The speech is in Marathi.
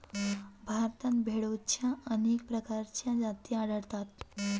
भारतात भेडोंच्या अनेक प्रकारच्या जाती आढळतात